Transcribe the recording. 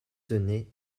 tenez